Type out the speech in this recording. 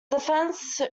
defence